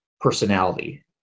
personality